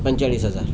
पंचेचाळीस हजार